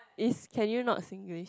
is can you not Singlish